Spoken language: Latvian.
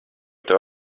tev